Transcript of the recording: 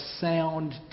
sound